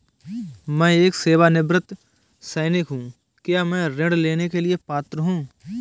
मैं एक सेवानिवृत्त सैनिक हूँ क्या मैं ऋण लेने के लिए पात्र हूँ?